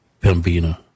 Pembina